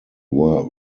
were